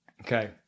Okay